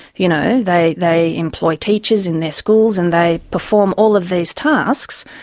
you know, they they employ teachers in their schools and they perform all of these tasks,